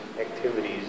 activities